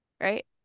right